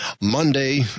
Monday